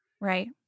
Right